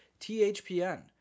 THPN